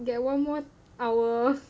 get one more hour